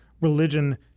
Religion